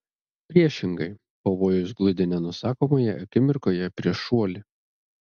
priešingai pavojus gludi nenusakomoje akimirkoje prieš šuoli